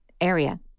area